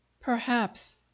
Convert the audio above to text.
Perhaps